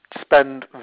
spend